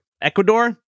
Ecuador